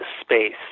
space